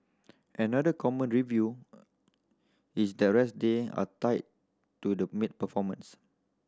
another common review is the rest day are tied to the maid performance